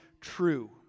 true